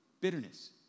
bitterness